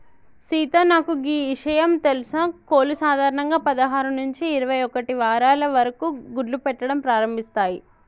సీత నాకు గీ ఇషయం తెలుసా కోళ్లు సాధారణంగా పదహారు నుంచి ఇరవై ఒక్కటి వారాల వరకు గుడ్లు పెట్టడం ప్రారంభిస్తాయి